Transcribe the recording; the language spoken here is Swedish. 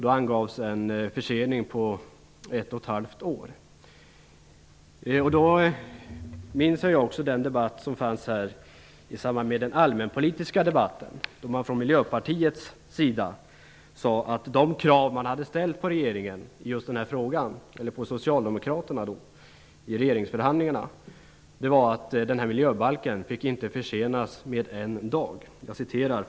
Då angavs en försening på ett och ett halvt år. Jag minns också den debatt som fördes här i samband med den allmänpolitiska debatten, då man från Miljöpartiet sade att de krav som man hade ställt på socialdemokraterna i samband med regeringsförhandlingarna var att miljöbalken inte fick försenas med en enda dag.